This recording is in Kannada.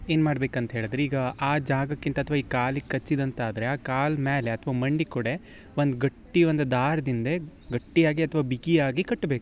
ಏನು ಮಾಡ್ಬೇಕು ಅಂತ ಹೇಳಿದ್ರೆ ಈಗ ಆ ಜಾಗಕ್ಕಿಂತ ಅಥ್ವಾ ಈ ಕಾಲಿಗೆ ಕಚ್ಚಿದಂತಾದರೆ ಆ ಕಾಲ ಮೇಲೆ ಅಥ್ವಾ ಮಂಡಿ ಕೊಡೆ ಒಂದು ಗಟ್ಟಿ ಒಂದು ದಾರದಿಂದೆ ಗಟ್ಟಿಯಾಗಿ ಅಥ್ವಾ ಬಿಗಿಯಾಗಿ ಕಟ್ಟಬೇಕು